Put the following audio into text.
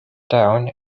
down